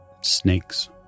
snakes